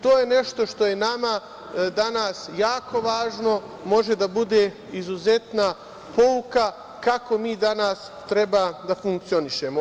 To je nešto što je nama danas jako važno, može da bude izuzetna pouka kako mi danas treba da funkcionišemo.